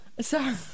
Sorry